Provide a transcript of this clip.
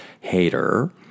hater